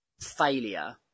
failure